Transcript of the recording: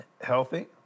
healthy